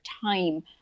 time